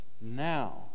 now